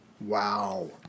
Wow